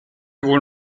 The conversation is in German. wohl